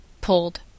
pulled